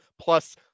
plus